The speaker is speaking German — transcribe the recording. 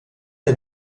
der